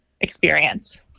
experience